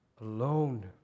alone